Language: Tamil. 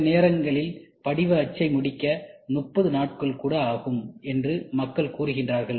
சில நேரங்களில்படிவ அச்சை முடிக்க 30 நாட்கள் கூட ஆகும் என்று மக்கள் கூறுகிறார்கள்